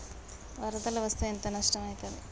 వరదలు వస్తే ఎంత నష్టం ఐతది?